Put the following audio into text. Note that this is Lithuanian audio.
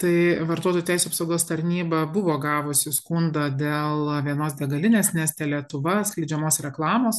tai vartotojų teisių apsaugos tarnyba buvo gavusi skundą dėl vienos degalinės neste lietuva skleidžiamos reklamos